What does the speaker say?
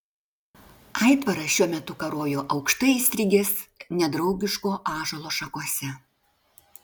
aitvaras šiuo metu karojo aukštai įstrigęs nedraugiško ąžuolo šakose